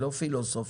לא פילוסופיה.